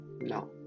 No